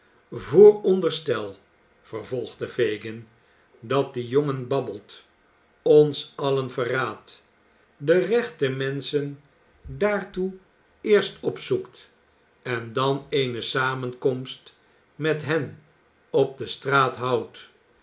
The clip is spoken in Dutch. vooronderstel vervolgde fagin dat die jongen babbelt ons allen verraadt de rechte menschen daartoe eerst opzoekt en dan eene samenkomst met hen op de straat houdt